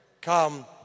come